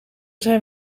zijn